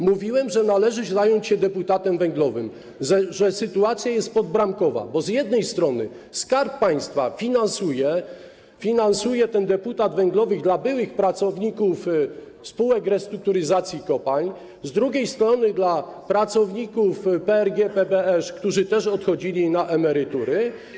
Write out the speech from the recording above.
Mówiłem, że należy zająć się deputatem węglowym, że sytuacja jest podbramkowa, bo z jednej strony Skarb Państwa finansuje ten deputat węglowy dla byłych pracowników spółek restrukturyzacji kopalń, z drugiej strony dla pracowników PRG PBSz, którzy też odchodzili na emerytury.